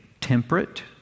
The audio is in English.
temperate